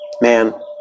man